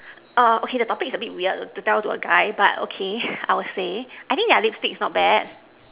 err okay the topic is a bit weird to tell to a guy but okay I will say I think their lipstick is not bad